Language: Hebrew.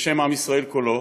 בשם עם ישראל כולו,